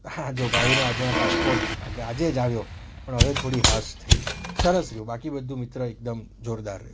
હા જો ભાઈ રો આજે આ પાસપોટ આજે જ આવ્યો પણ હવે હવે થોડી હાશ થઈ સરસ રહ્યું બાકી બધું મિત્ર એકદમ જોરદાર રહ્યું